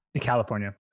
California